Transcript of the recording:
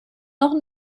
noch